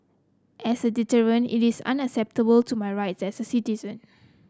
as a deterrent it is unacceptable to my rights as a citizen